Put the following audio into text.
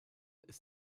ist